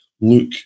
look